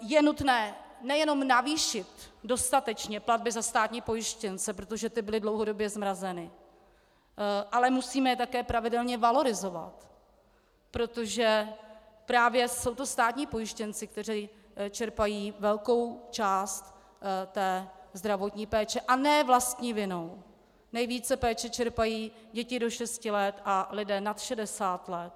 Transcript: Je nutné nejenom navýšit dostatečně platby za státní pojištěnce, protože ty byly dlouhodobě zmrazeny, ale musíme je také pravidelně valorizovat, protože jsou to právě státní pojištěnci, kteří čerpají velkou část zdravotní péče, a ne vlastní vinou, nejvíce péče čerpají děti do šesti let a lidé nad 60 let,